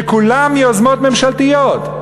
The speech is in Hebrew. שכולם יוזמות ממשלתיות.